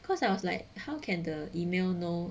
'cause I was like how can the email no